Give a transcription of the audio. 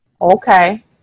Okay